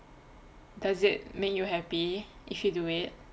does it make you happy if you do it